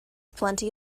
plenty